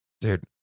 dude